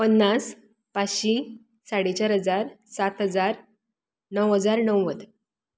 पन्नास पांचशी साडे चार हजार सात हजार णव हजार णव्वद